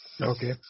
Okay